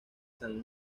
san